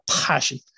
passion